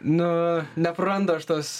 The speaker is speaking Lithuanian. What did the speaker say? nu neprarandu aš tos